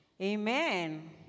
Amen